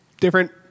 different